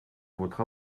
votre